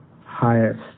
highest